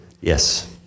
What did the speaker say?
Yes